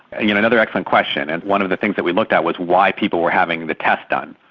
and you know another excellent question, and one of the things that we looked at was why people were having the test done,